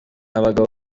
abagabo